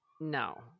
No